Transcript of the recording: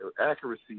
accuracy